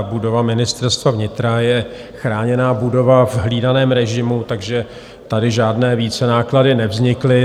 Budova Ministerstva vnitra je chráněná budova v hlídaném režimu, takže tady žádné vícenáklady nevznikly.